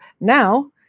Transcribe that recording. now